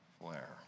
flare